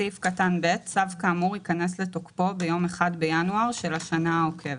"(ב)צו כאמור ייכנס לתוקפו ביום 1 בינואר של השנה העוקבת.